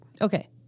Okay